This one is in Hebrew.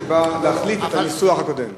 זה התיקון שבא להחליף את הניסוח הקודם.